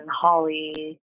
holly